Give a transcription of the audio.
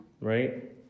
right